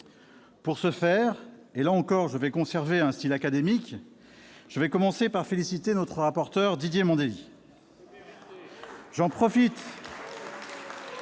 Pour ce faire, et là encore je vais conserver un style académique, je vais commencer par féliciter notre rapporteur, Didier Mandelli. Je profite